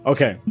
Okay